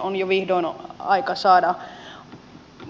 on jo vihdoin aika saada